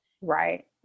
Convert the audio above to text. Right